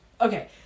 okay